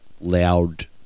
Loud